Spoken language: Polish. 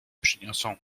przyniosą